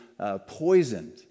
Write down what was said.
poisoned